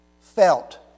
felt